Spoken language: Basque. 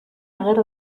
ager